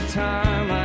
time